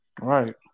Right